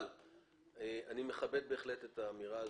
אבל אני בהחלט מכבד את האמירה הזו.